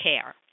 care